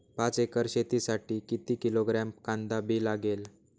पाच एकर शेतासाठी किती किलोग्रॅम कांदा बी लागेल?